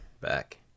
back